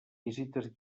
visites